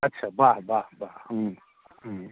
अच्छा वाह वाह वाह ह्म्म ह्म्म